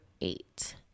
eight